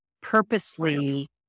purposely